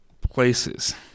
places